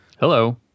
Hello